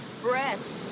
Brett